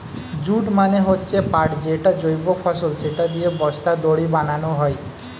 jute মানে হচ্ছে পাট যেটা জৈব ফসল, সেটা দিয়ে বস্তা, দড়ি বানানো হয়